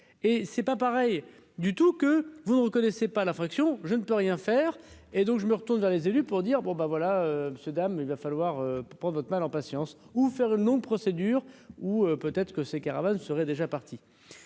et c'est pas pareil du tout que vous ne reconnaissait pas la fraction, je ne peux rien faire et donc je me retourne dans les élus pour dire bon ben voilà, monsieur, dames, il va falloir prendre votre mal en patience, ou faire une longue procédure, ou peut-être que ces caravanes serait déjà parti.